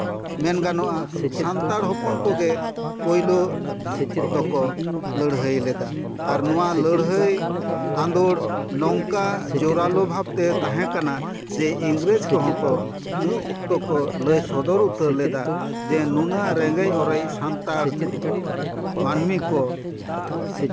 ᱢᱮᱱ ᱜᱟᱱᱚᱜᱼᱟ ᱥᱟᱱᱛᱟᱲ ᱦᱚᱯᱚᱱ ᱠᱚᱜᱮ ᱯᱳᱭᱞᱳ ᱫᱚᱠᱚ ᱞᱟᱹᱲᱦᱟᱹᱭ ᱞᱮᱫᱟ ᱟᱨ ᱱᱚᱣᱟ ᱞᱟᱹᱲᱦᱟᱹᱭ ᱟᱸᱫᱳᱲ ᱱᱚᱝᱠᱟ ᱡᱳᱨᱟᱞᱳ ᱵᱷᱟᱵᱛᱮ ᱛᱟᱦᱮᱸ ᱠᱟᱱᱟ ᱡᱮ ᱤᱝᱨᱮᱡᱽ ᱠᱚᱦᱚᱸ ᱠᱚ ᱩᱱ ᱚᱠᱛᱚ ᱠᱚ ᱞᱟᱹᱭ ᱥᱚᱫᱚᱨ ᱩᱛᱟᱹᱨ ᱞᱮᱫᱟ ᱡᱮ ᱱᱩᱱᱟᱹᱜ ᱨᱮᱸᱜᱮᱡ ᱚᱨᱮᱡ ᱥᱟᱱᱛᱟᱲ ᱢᱟᱹᱱᱢᱤ ᱠᱚ